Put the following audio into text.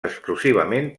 exclusivament